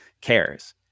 cares